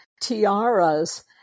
tiaras